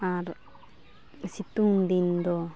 ᱟᱨ ᱥᱤᱛᱩᱝ ᱫᱤᱱ ᱫᱚ